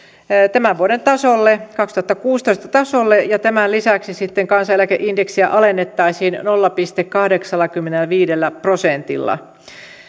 tämän vuoden kaksituhattakuusitoista tasolle ja tämän lisäksi kansaneläkeindeksiä alennettaisiin nolla pilkku kahdeksallakymmenelläviidellä prosentilla